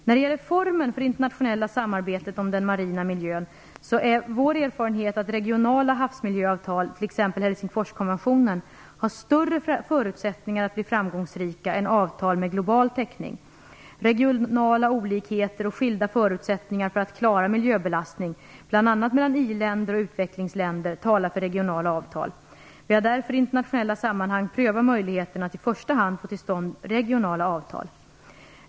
När det gäller formen för det internationella samarbetet om den marina miljön är vår erfarenhet att regionala havsmiljöavtal, t.ex. Helsingforskonventionen, har större förutsättningar att bli framgångsrika än avtal med global täckning. Regionala olikheter och skilda förutsättningar att klara miljöbelastning, bl.a. mellan i-länder och utvecklingsländer, talar för regionala avtal. Vi har därför i internationella sammanhang prövat möjligheten att i första hand få till stånd regionala avtal.